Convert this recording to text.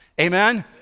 Amen